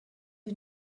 you